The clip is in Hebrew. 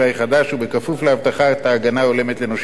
ובכפוף להבטחת ההגנה ההולמת לנושים מוקדמים.